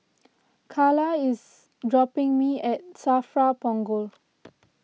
Calla is dropping me off at Safra Punggol